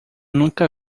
nunca